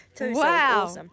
Wow